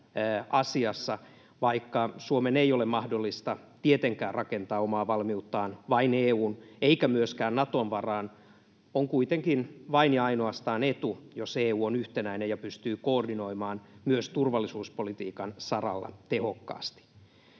vaikka Suomen ei ole mahdollista tietenkään rakentaa omaa valmiuttaan vain EU:n eikä myöskään Naton varaan. On kuitenkin vain ja ainoastaan etu, jos EU on yhtenäinen ja pystyy koordinoimaan myös turvallisuuspolitiikan saralla tehokkaasti.